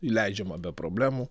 įleidžiama be problemų